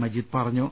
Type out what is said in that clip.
മജീദ് പറഞ്ഞു